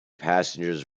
passengers